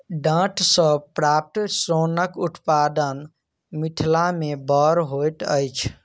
डांट सॅ प्राप्त सोनक उत्पादन मिथिला मे बड़ होइत अछि